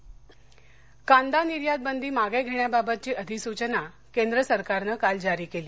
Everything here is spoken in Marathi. कांदा आंदोलन नाशिक कांदा निर्यात बंदी मागे घेण्याबाबतची अधिसूचना केंद्र सरकारनं काल जारी केली